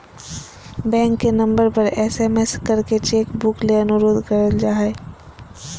bank के number पर SMS करके चेक बुक ले अनुरोध कर जा हय